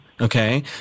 okay